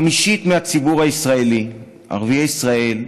חמישית מהציבור הישראלי, ערביי ישראל,